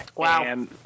Wow